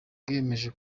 bwiyemeje